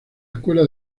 escuela